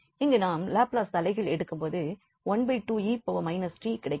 இங்கு நாம் லாப்லஸ் தலைகீழ் எடுக்கும் பொழுது கிடைக்கும்